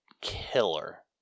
killer